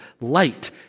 Light